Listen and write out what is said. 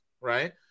right